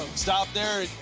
stop there.